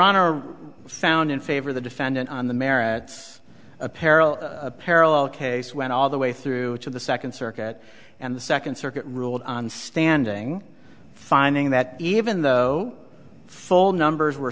honor found in favor the defendant on the merits apparel a parallel case went all the way through to the second circuit and the second circuit ruled on standing finding that even though full numbers were